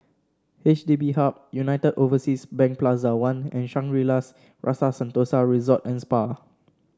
H D B Hub United Overseas Bank Plaza One and Shangri La's Rasa Sentosa Resort and Spa